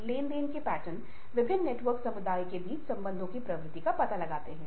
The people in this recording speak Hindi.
और वे एक ही समय में हास्यवृत्ति की भावना रखते हैं